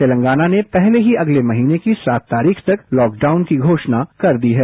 तेलंगाना ने पहले ही अगले महीने की सात तारीख तक लॉकडाउन की घोषणा कर दी है